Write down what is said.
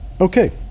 Okay